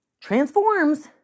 transforms